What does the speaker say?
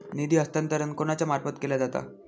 निधी हस्तांतरण कोणाच्या मार्फत केला जाता?